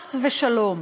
חס ושלום.